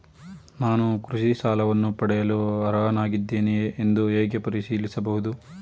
ನಾನು ಕೃಷಿ ಸಾಲವನ್ನು ಪಡೆಯಲು ಅರ್ಹನಾಗಿದ್ದೇನೆಯೇ ಎಂದು ಹೇಗೆ ಪರಿಶೀಲಿಸಬಹುದು?